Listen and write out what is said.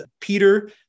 Peter